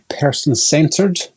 person-centered